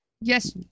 yes